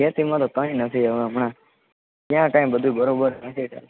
ખેતીમાંતો કાઈ નથી હમણાં કયા ટાઈમ બધુ બરોબર નથી ચાલતું